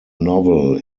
novel